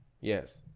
Yes